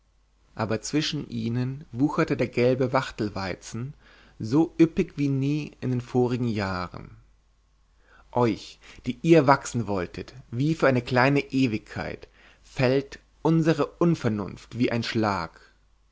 aber zwischen ihnen wucherte der gelbe wachtelweizen so üppig wie nie in den vorigen jahren euch die ihr wachsen wolltet wie für eine kleine ewigkeit fällt unsere unvernunft wie ein schlag